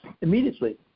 immediately